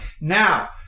Now